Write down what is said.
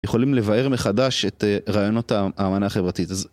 יכולים לבאר מחדש את רעיונות האמנה החברתית.